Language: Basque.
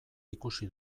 ikusi